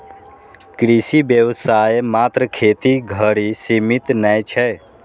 कृषि व्यवसाय मात्र खेती धरि सीमित नै छै